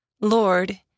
Lord